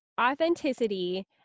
authenticity